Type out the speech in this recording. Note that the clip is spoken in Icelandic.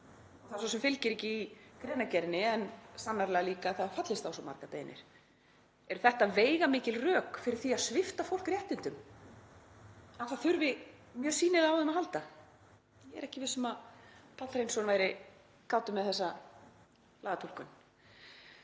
Það fylgir svo sem ekki í greinargerðinni en sannarlega er það líka að það er fallist á svo margar beiðnir. Eru þetta veigamikil rök fyrir því að svipta fólk réttindum, að það þurfi mjög sýnilega á þeim að halda? Ég er ekki viss um að Páll Hreinsson væri kátur með þessa lagatúlkun.